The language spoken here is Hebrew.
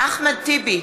אחמד טיבי,